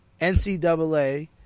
NCAA